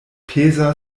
peza